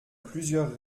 plusieurs